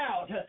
out